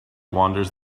wanders